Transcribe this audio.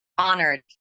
honored